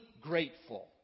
grateful